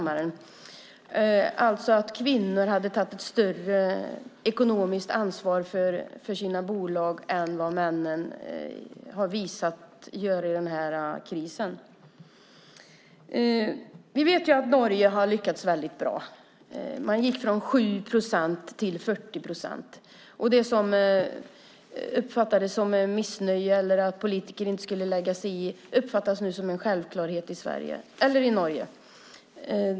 Man menar alltså att kvinnor tar ett större ekonomiskt ansvar för sina bolag än vad männen har visat sig göra i krisen. Vi vet att Norge har lyckats bra. Man gick från 7 till 40 procent. Det som rönte missnöje och där man menade att politiker inte skulle lägga sig i uppfattas nu som en självklarhet i Norge.